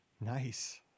Nice